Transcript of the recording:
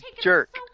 jerk